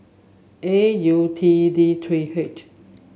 A U T D three H